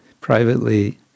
privately